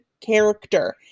character